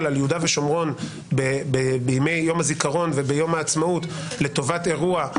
על יהודה ושומרון בימי יום הזיכרון וביום העצמאות לטובת אירוע,